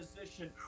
position